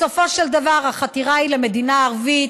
בסופו של דבר החתירה היא למדינה ערבית,